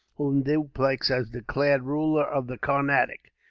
whom dupleix has declared ruler of the carnatic.